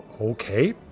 Okay